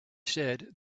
said